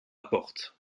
porte